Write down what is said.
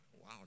wow